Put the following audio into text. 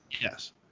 Yes